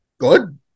Good